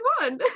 fun